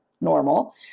normal